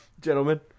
Gentlemen